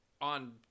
on